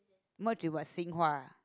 merge with what Xing-Hua